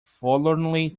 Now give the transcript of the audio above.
forlornly